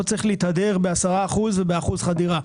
לא צריך להתהדר ב-10% ובאחוז חדירה.